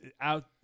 out